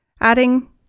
adding